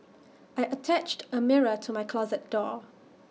I attached A mirror to my closet door